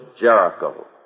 Jericho